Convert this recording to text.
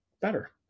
better